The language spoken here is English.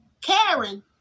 Karen